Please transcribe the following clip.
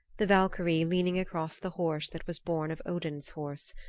the valkyrie leaning across the horse that was born of odin's horse.